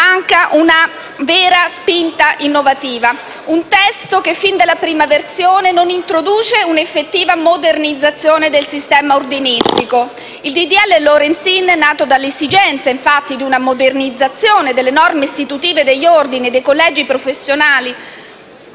manca una vera spinta innovativa. Si tratta di un testo che, fin dalla prima versione, non introduce un'effettiva modernizzazione del sistema ordinistico. Il disegno di legge Lorenzin, nato infatti dall'esigenza di una modernizzazione delle norme istitutive degli ordini e dei collegi professionali